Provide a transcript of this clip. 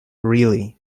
really